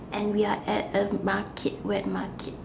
and we're at a wet market